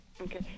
Okay